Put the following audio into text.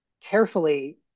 carefully